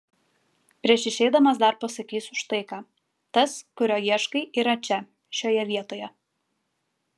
prieš išeidamas dar pasakysiu štai ką tas kurio ieškai yra čia šioje vietoje